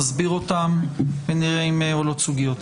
נסביר אותם ונראה אם עולות סוגיות.